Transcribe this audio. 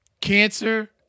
Cancer